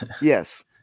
yes